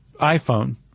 iPhone